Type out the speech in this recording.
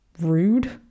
rude